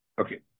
Okay